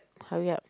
hurry up